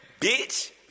bitch